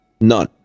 None